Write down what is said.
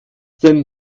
denn